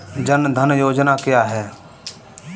जनधन योजना क्या है?